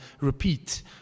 repeat